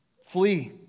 flee